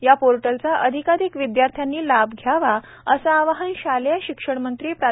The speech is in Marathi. या पोर्टलचा अधिकाधिक विद्यार्थ्यांनी लाभ घ्यावा असे आवाहन शालेय शिक्षण मंत्री प्रा